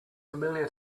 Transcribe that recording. familiar